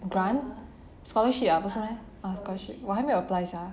grant scholarship ah 不是 meh scholarship 我还没有 apply sia